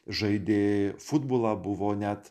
žaidė futbolą buvo net